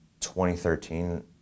2013